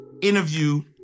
interview